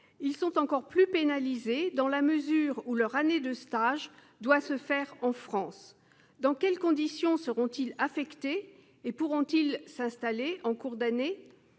non titulaires de l'AEFE, dans la mesure où leur année de stage doit être effectuée en France. Dans quelles conditions seront-ils affectés et pourront-ils s'installer en cours d'année ?